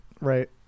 Right